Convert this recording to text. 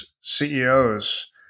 CEOs